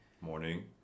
Morning